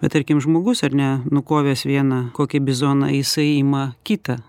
bet tarkim žmogus ar ne nukovęs vieną kokį bizoną jisai ima kitą